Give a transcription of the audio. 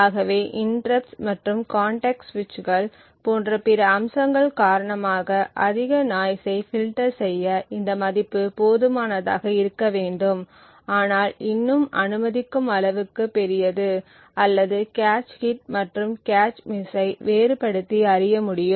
ஆகவே இன்டெர்ருப்ட்ஸ் மற்றும் கான்டெக்ஸ்ட் சுவிட்சுகள் போன்ற பிற அம்சங்கள் காரணமாக அதிக நாய்ஸ் ஐ பில்டர் செய்ய இந்த மதிப்பு போதுமானதாக இருக்க வேண்டும் ஆனால் இன்னும் அனுமதிக்கும் அளவுக்கு பெரியது அல்லது கேச் ஹிட் மற்றும் கேச் மிஸ்ஸை வேறுபடுத்தி அறிய முடியும்